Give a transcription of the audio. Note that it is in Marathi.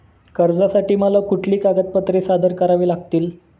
कर्जासाठी मला कुठली कागदपत्रे सादर करावी लागतील?